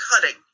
cutting